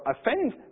offend